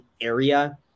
area